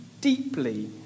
deeply